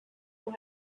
who